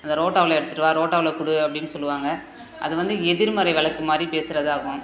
அந்த ரோட்டாவில் எடுத்துகிட்டு வா ரோட்டாவில் கொடு அப்படினு சொல்லுவாங்க அது வந்து எதிர்மறை வழக்கு மாதிரி பேசுறதாகும்